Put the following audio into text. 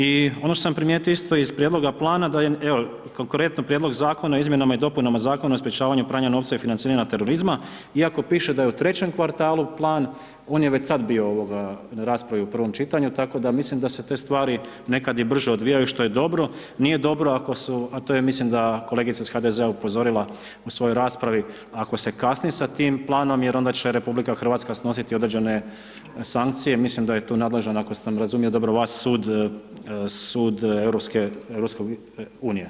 I ono što sam primijetio isto iz prijedloga plana da je, evo konkretno Prijedlog zakona o Izmjenama i dopunama Zakona o sprječavanju pranja novca i finaciranja terorizma iako piše da je u trećem kvartalu plan, on je već sad bio na raspravi u prvom čitanju, tako da mislim da se te stvari nekad i brže odvijaju što je dobro, nije dobro ako su, a to je mislim da je kolegica iz HDZ-a upozorila u svojoj raspravi ako se kasni sa tim planom jer onda će RH snositi određene sankcije i mislim da je tu nadležan, ako sam razumio dobro vas, sud EU.